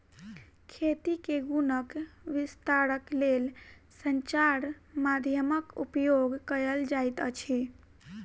खेती के गुणक विस्तारक लेल संचार माध्यमक उपयोग कयल जाइत अछि